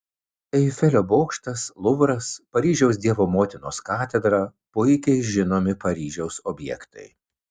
eifelio bokštas luvras paryžiaus dievo motinos katedra puikiai žinomi paryžiaus objektai